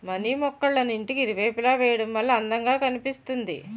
money మొక్కళ్ళను ఇంటికి ఇరువైపులా వేయడం వల్ల అందం గా కనిపిస్తుంది